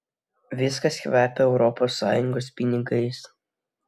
viskas kvepia europos sąjungos pinigais